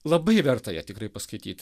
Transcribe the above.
labai verta ją tikrai paskaityt